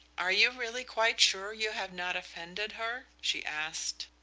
are you really quite sure you have not offended her? she asked.